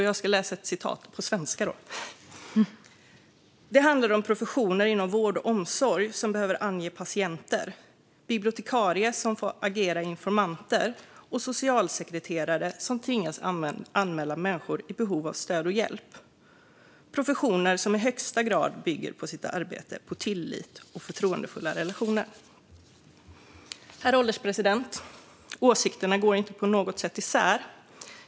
Jag citerar ur debattartikeln: "Det kan handla om professioner inom vård och omsorg som behöver ange patienter, bibliotekarier som får agera informanter och socialsekreterare som tvingas anmäla människor i behov av stöd och hjälp. Professioner som i högsta grad bygger sitt arbete på tillit och förtroendefulla relationer." Herr ålderspresident! Åsikterna går inte på något sätt isär.